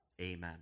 Amen